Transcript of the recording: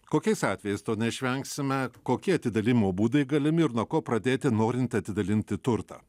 kokiais atvejais to neišvengsime kokie atidalijimo būdai galimi ir nuo ko pradėti norint atidalinti turtą